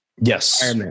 Yes